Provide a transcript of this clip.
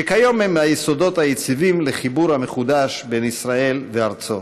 שכיום הם היסודות היציבים לחיבור המחודש בין ישראל לארצו.